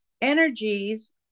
energies